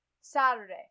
Saturday